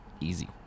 Easy